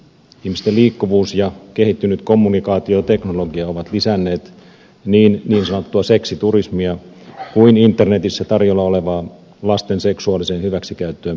ihmisten liikkuvuus ja kehittynyt kommunikaatioteknologia ovat lisänneet sekä niin sanottua seksiturismia että internetissä tarjolla olevaa lasten seksuaaliseen hyväksikäyttöön perustuvaa aineistoa